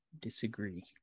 disagree